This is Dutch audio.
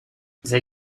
zij